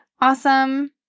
awesome